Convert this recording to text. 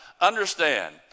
understand